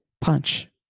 punch